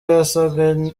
yasaga